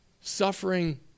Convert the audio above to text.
suffering